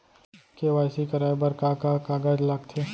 KYC कराये बर का का कागज लागथे?